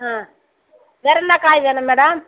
ஆ வேற என்ன காய் வேணும் மேடம்